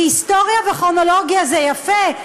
כי היסטוריה וכרונולוגיה זה יפה,